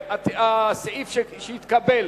כולל הסעיף שהתקבל